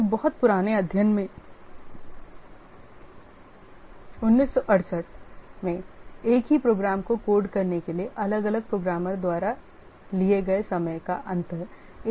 एक बहुत पुराने अध्ययन में 1968 एक ही प्रोग्राम को कोड करने के लिए अलग अलग प्रोग्रामर द्वारा लिए गए समय का अंतर 1 से 25 है